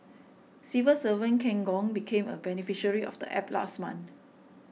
civil servant Ken Gong became a beneficiary of the App last month